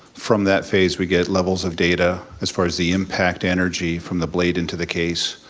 from that phase we get levels of data, as far as the impact energy from the blade into the case,